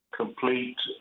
complete